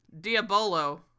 Diabolo